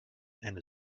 and